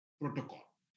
protocol